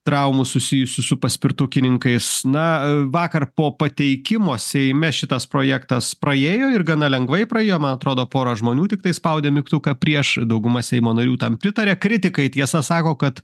traumų susijusių su paspirtukininkais na vakar po pateikimo seime šitas projektas praėjo ir gana lengvai praėjo man atrodo pora žmonių tiktai spaudė mygtuką prieš dauguma seimo narių tam pritaria kritikai tiesą sako kad